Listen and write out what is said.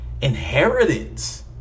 inheritance